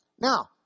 Now